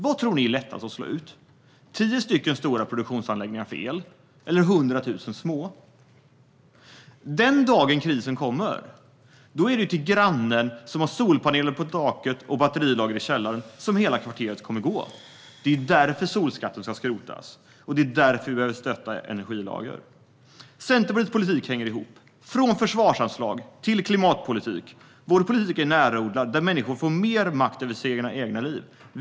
Vad tror ni är lättast att slå ut, 10 stora produktionsanläggningar för el eller 100 000 små? Den dagen krisen kommer, då är det till grannen som har solpaneler på taket och batterilager i källaren som hela kvarteret kommer att gå. Det är därför solskatten ska skrotas, och det är därför vi behöver stötta energilager. Centerpartiets politik hänger ihop, från försvarsanslag till klimatpolitik. Vår politik är närodlad, där människor får mer makt över sina egna liv.